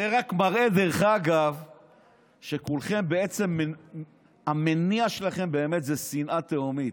זה רק מראה שבעצם המניע שלכם באמת זה שנאה תהומית.